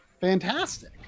fantastic